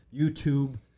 YouTube